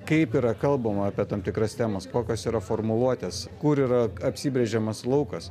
kaip yra kalbama apie tam tikras temas kokios yra formuluotės kur yra apsibrėžiamas laukas